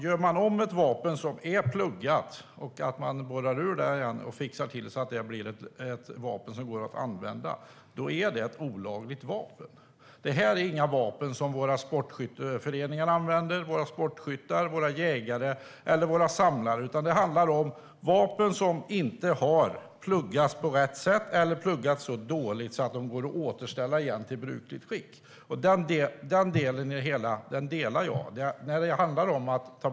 Gör man om ett pluggat vapen, borrar ur det och fixar till det så att det går att använda är det ett olagligt vapen. Det är inga vapen som sportskytteföreningar, jägare eller samlare använder. När det handlar om att förbjuda vapen som inte har pluggats på rätt sätt eller pluggats så dåligt att de går att återställa igen till brukligt skick håller jag med ministern.